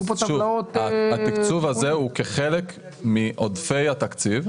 התקצוב הזה הוא כחלק מעודפי התקציב.